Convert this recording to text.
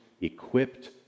equipped